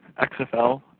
xfl